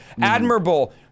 admirable